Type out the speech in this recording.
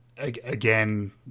Again